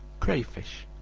crayfish,